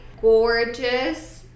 Gorgeous